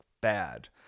bad